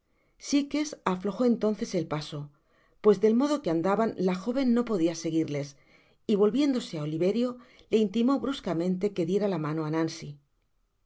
sikes aflojo entonces el paso pues del modo que andaban la joven no podia seguirles y volviéndose á oliverio le intimó bruscamente que diera la mano á nancy